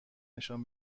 نشان